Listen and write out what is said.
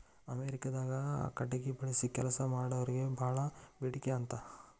ಅಮೇರಿಕಾದಾಗ ಕಟಗಿ ಬಳಸಿ ಕೆಲಸಾ ಮಾಡಾರಿಗೆ ಬಾಳ ಬೇಡಿಕೆ ಅಂತ